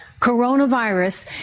coronavirus